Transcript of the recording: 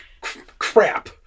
crap